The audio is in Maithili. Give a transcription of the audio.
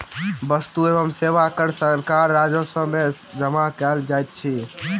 वस्तु एवं सेवा कर सरकारक राजस्व में जमा कयल जाइत अछि